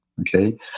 Okay